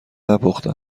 نپخته